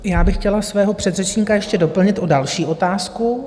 Já bych chtěla svého předřečníka ještě doplnit o další otázku.